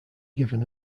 given